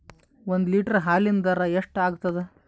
ಒಂದ್ ಲೀಟರ್ ಹಾಲಿನ ದರ ಎಷ್ಟ್ ಆಗತದ?